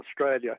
Australia